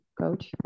coach